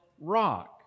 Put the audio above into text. rock